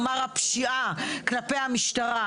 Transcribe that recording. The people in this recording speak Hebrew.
ולדברים שנאמרו כאן גם על ידי היועצת המשפטית